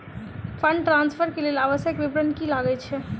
Fund transfer केँ लेल आवश्यक विवरण की की लागै छै?